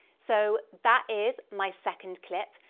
so that is my second clip.